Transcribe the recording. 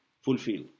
fulfill